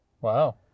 Wow